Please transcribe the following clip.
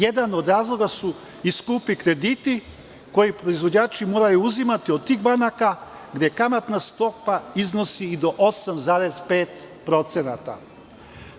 Jedan od razloga su i skupi krediti koji proizvođači moraju uzimati od tih banaka gde kamatna stopa iznosi i do 8,5%